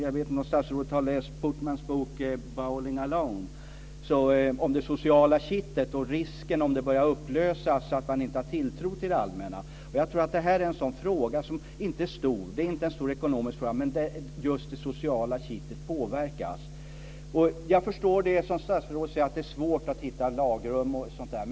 Jag vet inte om statsrådet har läst Putnams bok Bowling alone om det sociala kittet och risken för att det börjar upplösas om man inte har tilltro till det allmänna. Det här är inte en stor ekonomisk fråga, men just det sociala kittet påverkas. Jag förstår det som statsrådet säger, att det är svårt att hitta lagrum och sådant.